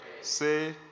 say